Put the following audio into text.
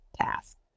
task